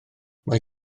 mae